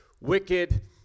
wicked